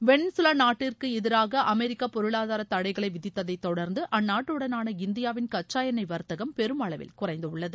Venezuela நாட்டிற்கு எதிராக America பொருளாதாரத்தடைகளை விதித்ததை தொடா்ந்து அந்நாட்டுடனான இந்தியாவின் கச்சா எண்ணெய் வர்த்தகம் பெருமளவில் குறைந்துள்ளது